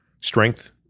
strength